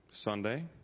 Sunday